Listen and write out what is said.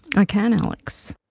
i can alex.